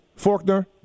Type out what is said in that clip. Forkner